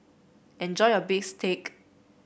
enjoy your bistake